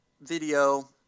video